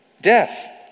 death